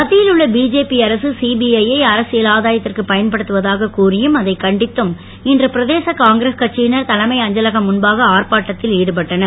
மத்தியில் உள்ள பிஜேபி அரக சிபிஜ யை அரசியல் அதாயத்திற்கு பயன்படுத்துவதாகக் கூறியும் அதைக் கண்டித்தும் இன்று பிரதேச காங்கிரஸ் கட்சியினர் தலைமை அஞ்சலகம் முன்பாக ஆர்ப்பாட்டத்தில் ஈடுபட்டனர்